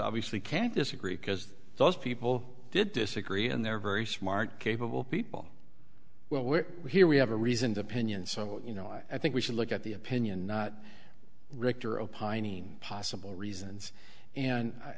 obviously can't disagree because those people did disagree and they're very smart capable people well we're here we have a reasoned opinion so you know i think we should look at the opinion not richter opining possible reasons and i